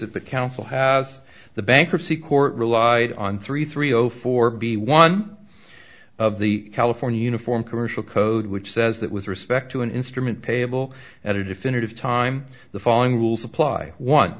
it the council has the bankruptcy court relied on three three zero four b one of the california uniform commercial code which says that with respect to an instrument table at a definitive time the following rules apply one